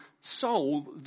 soul